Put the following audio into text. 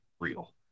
real